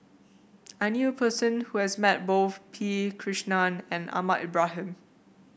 I knew a person who has met both P Krishnan and Ahmad Ibrahim